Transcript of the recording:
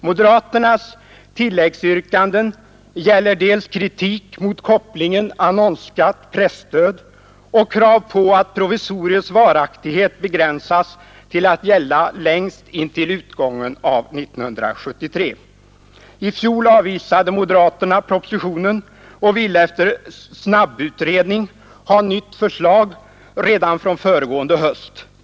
Moderaternas tilläggsyrkanden gäller dels kritik mot kopplingen annonsskatt-presstöd, dels krav på att provisoriets varaktighet begränsas till att gälla längst intill utgången av år 1973. I fjol avvisade moderaterna propositionen och ville efter snabbutredning ha nytt förslag redan från föregående höst.